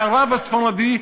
הרי הרב הספרדי,